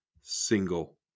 single